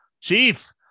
Chief